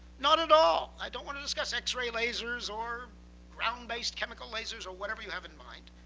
not at all. i don't want to discuss x-ray lasers, or ground based chemical lasers, or whatever you have in mind.